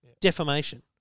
defamation